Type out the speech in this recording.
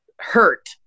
hurt